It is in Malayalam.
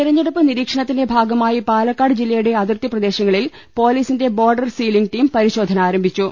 തെരെഞ്ഞെടുപ്പ് നിരീക്ഷണത്തിന്റെ ഭാഗമായി പാലക്കാട് ജില്ലയുടെ അതിർത്തി പ്രദേശങ്ങളിൽ പോലീസിന്റെ ബോർഡർ സീലിംഗ് ടീം പരിശോധന ആരംഭിച്ചു